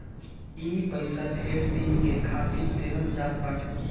ई पइसा ढेर दिन के खातिर देहल जात बाटे